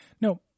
No